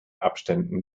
abständen